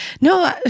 no